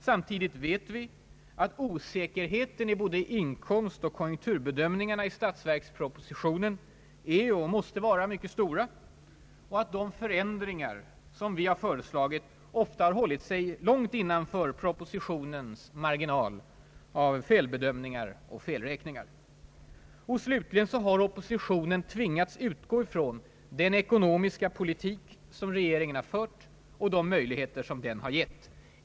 Samtidigt vet vi att osäkerheten i både inkomstoch konjunkturbedömningarna i statsverkspropositionen är och måste vara mycket stor och att de förändringar som vi har föreslagit ofta har hållit sig långt innanför propositionens marginal av felbedömningar och felräkningar. Och slutligen har oppositionen tvingats att utgå från den ekonomiska politik som regeringen fört och de möjligheter den har gett.